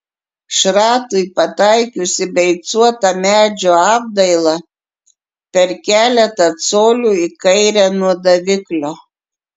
šratui pataikius į beicuotą medžio apdailą per keletą colių į kairę nuo daviklio